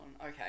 okay